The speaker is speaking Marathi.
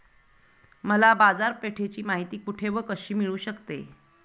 मला बाजारपेठेची माहिती कुठे व कशी मिळू शकते?